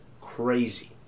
Crazy